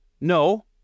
No